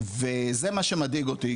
וזה מה שמדאיג אותי,